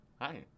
hi